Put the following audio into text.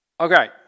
Okay